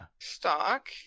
stock